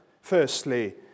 firstly